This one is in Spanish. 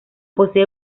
posee